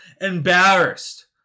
Embarrassed